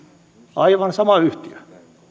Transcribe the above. aivan sama yhtiö